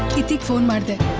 ithi did